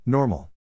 Normal